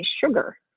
sugar